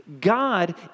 God